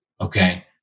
Okay